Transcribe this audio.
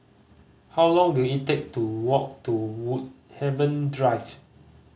how long will it take to walk to Woodhaven Drive